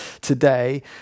today